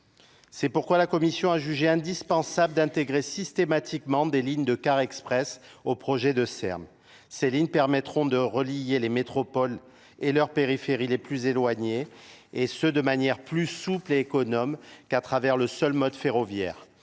C'est pourquoi la Commission a jugé indispensable d'intégrer systématiquement des lignes de cars express au projet de Ee Mss lignes permettront de relier les métropoles et leurs périphéries les plus éloignées, et ce de manière plus souple et économe qu'à travers le seul mode ferroviaire,